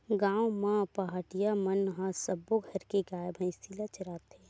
गाँव म पहाटिया मन ह सब्बो घर के गाय, भइसी ल चराथे